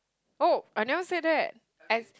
oh I never say that I